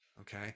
okay